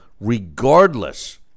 regardless